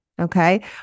okay